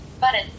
Button